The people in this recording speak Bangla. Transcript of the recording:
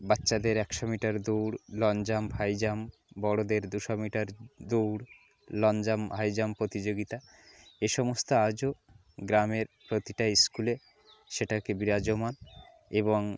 বাচ্চাদের একশো মিটার দৌড় লং জাম্প হাই জাম্প বড়োদের দুশো মিটার দৌড় লং জাম্প হাই জাম্প প্রতিযোগিতা এ সমস্ত আজও গ্রামের প্রতিটা স্কুলে সেটাকে বিরাজমান এবং